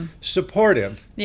supportive